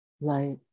light